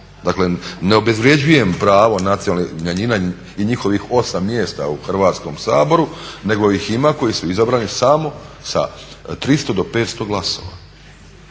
Dakle, ne obezvređujem pravo nacionalnih manjina i njihovih 8 mjesta u Hrvatskom saboru, nego ih ima koji su izabrani samo sa 300 do 500 glasova.